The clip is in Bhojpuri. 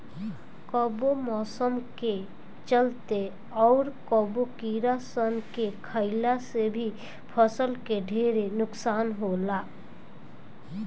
कबो मौसम के चलते, अउर कबो कीड़ा सन के खईला से भी फसल के ढेरे नुकसान होला